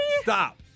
Stop